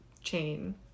chain